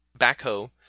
backhoe